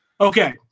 Okay